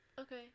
Okay